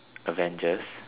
Avengers